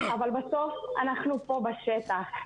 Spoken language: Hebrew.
אבל בסוף אנחנו פה בשטח.